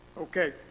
Okay